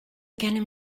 gennym